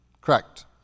Correct